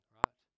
right